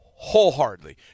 Wholeheartedly